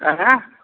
आएँ